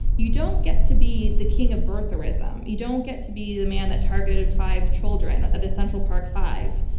you don't get to be the king of birtherism. you don't get to be the man that targeted five children of the central park five,